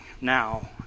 now